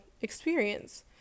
experience